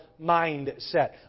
mindset